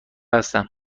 هستم